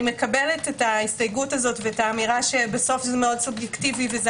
אני מקבלת את ההסתייגות ואת האמירה שבסוף זה מאוד סובייקטיבי וזה